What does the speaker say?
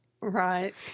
right